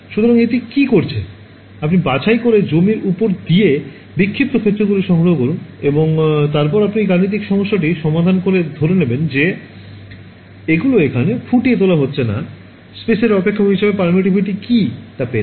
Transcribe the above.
সুতরাং এটি কী করছে আপনি বাছাই করে জমির উপর দিয়ে বিক্ষিপ্ত ক্ষেত্রগুলি সংগ্রহ করুন এবং তারপরে আপনি গাণিতিক সমস্যাটি সমাধান করে ধরে নেবেন যে এগুলো এখানে ফুটিয়ে তোলা হচ্ছে না স্পেসের অপেক্ষক হিসাবে permittivity কী তা পেতে